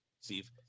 Steve